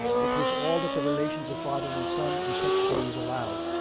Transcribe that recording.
which was all that the relations of father and son in such days allowed.